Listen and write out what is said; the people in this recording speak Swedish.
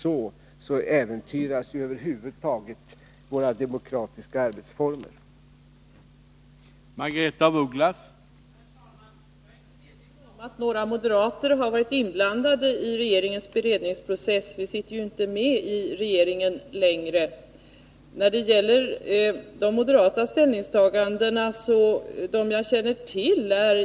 Om det inte skall gå till så, äventyras våra demokratiska arbetsformer över huvud taget.